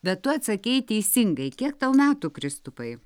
bet tu atsakei teisingai kiek tau metų kristupai